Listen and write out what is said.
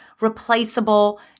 replaceable